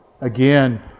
again